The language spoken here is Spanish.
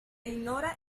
ignora